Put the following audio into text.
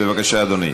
בבקשה, אדוני.